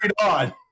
on